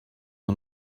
are